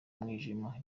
mwijima